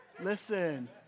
listen